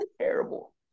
terrible